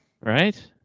Right